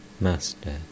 Master